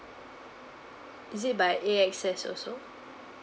is it by A_X_S also